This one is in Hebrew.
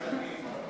כספים.